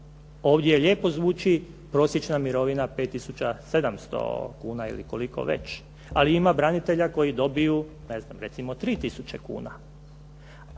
Ovdje lijepo zvuči prosječna mirovina 5700 kuna ili koliko već, ali ima branitelja koji dobiju ne znam, recimo 3000 kuna.